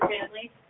family